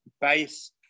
base